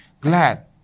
glad